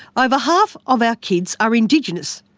over half of our kids are indigenous.